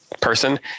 person